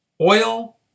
Oil